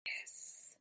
Yes